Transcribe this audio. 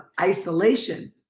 isolation